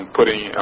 putting